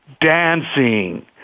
dancing